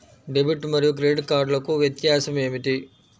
Debit మరియు credit కార్డ్లకు వ్యత్యాసమేమిటీ?